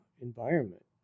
environment